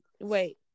Wait